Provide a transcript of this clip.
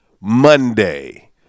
Monday